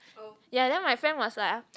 ya then my friend was like